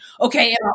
Okay